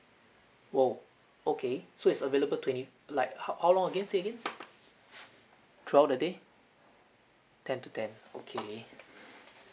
oh okay so is available twenty like how how long again say again throughout the day ten to ten okay